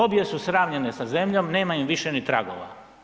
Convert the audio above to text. Obje su sravnjene sa zemljom, nema im više ni tragova.